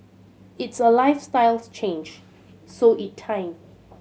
it's a lifestyles change so it time